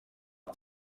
ubu